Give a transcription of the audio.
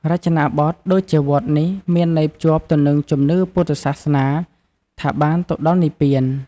រចនាបទដូចជាវត្តនេះមានន័យភ្ជាប់ទៅនឹងជំនឿពុទ្ធសាសនាថាបានទៅដល់និព្វាន។